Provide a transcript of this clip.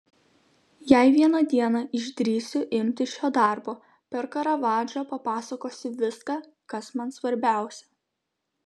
jei vieną dieną išdrįsiu imtis šio darbo per karavadžą papasakosiu viską kas man svarbiausia